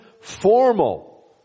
formal